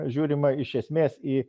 žiūrima iš esmės į